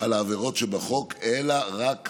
על העבירות שבחוק, אלא רק קנסות.